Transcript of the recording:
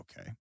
okay